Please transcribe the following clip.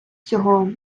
цього